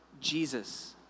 Jesus